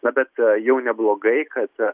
na bet jau neblogai kad